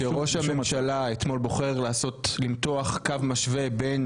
כאשר ראש הממשלה אתמול בוחר למתוח קו משווה בין